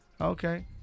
Okay